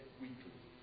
weekly